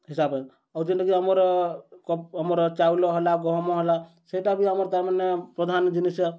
ହିସାବେ ଆଉ ଯେନ୍ଟାକି ଆମର୍ ଆମର ଚାଉଲ ହେଲା ଗହମ ହେଲା ସେଟା ବି ଆମର୍ ତା'ର୍ମାନେ ପ୍ରଧାନ୍ ଜିନିଷ